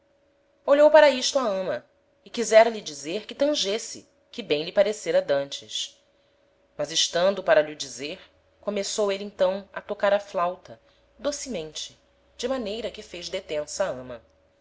olhou para isto a ama e quisera lhe dizer que tangesse que bem lhe parecera d'antes mas estando para lh'o dizer começou êle então a tocar a flauta docemente de maneira que fez detença a ama